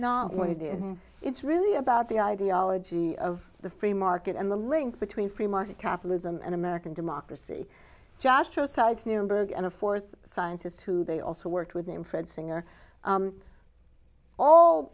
not what it is it's really about the ideology of the free market and the link between free market capitalism and american democracy jastrow sides nuremberg and a fourth scientist who they also worked with named fred singer